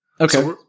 Okay